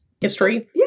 History